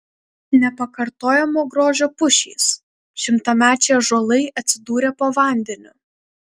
nepakartojamo grožio pušys šimtamečiai ąžuolai atsidūrė po vandeniu